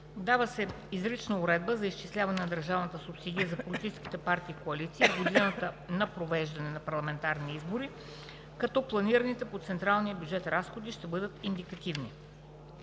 Дава се изрична уредба за изчисляването на държавната субсидия за политическите партии и коалиции в годините на произвеждане на парламентарни избори, като планираните по централния бюджет разходи ще бъдат индикативни.